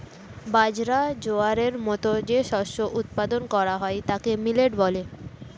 বাজরা, জোয়ারের মতো যে শস্য উৎপাদন করা হয় তাকে মিলেট বলে